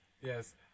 Yes